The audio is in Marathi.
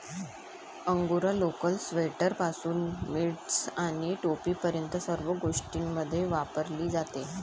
अंगोरा लोकर, स्वेटरपासून मिटन्स आणि टोपीपर्यंत सर्व गोष्टींमध्ये वापरली जाते